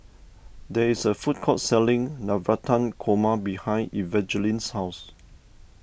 there is a food court selling Navratan Korma behind Evangeline's house